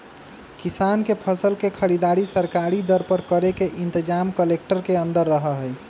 किसान के फसल के खरीदारी सरकारी दर पर करे के इनतजाम कलेक्टर के अंदर रहा हई